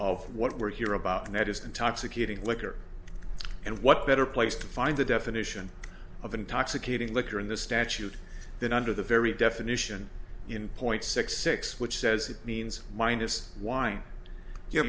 of what we're here about and that is an intoxicating liquor and what better place to find a definition of intoxicating liquor in the statute than under the very definition in point six six which says it means minus wine ye